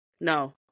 No